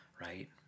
right